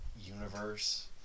universe